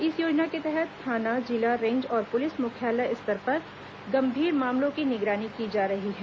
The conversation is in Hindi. इस योजना के तहत थाना जिला रेंज और पुलिस मुख्यालय स्तर पर गंभीर मामलों की निगरानी की जा रही है